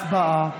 הצבעה.